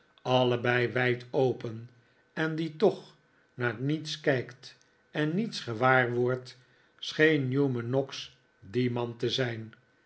allebei wijd open en die toch naar niets kijkt en nietsi gewaar wordt scheen newman noggs die man te zijn